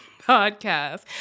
podcast